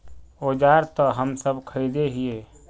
औजार तो हम सब खरीदे हीये?